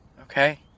okay